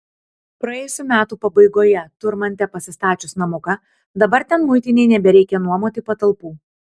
praėjusių metų pabaigoje turmante pasistačius namuką dabar ten muitinei nebereikia nuomoti patalpų